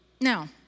Now